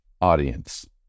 audience